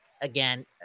Again